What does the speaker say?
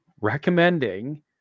recommending